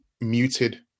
muted